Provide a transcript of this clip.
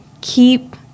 keep